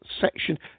section